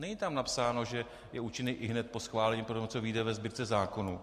Není tam napsáno, že je účinný ihned po schválení poté, co vyjde ve Sbírce zákonů.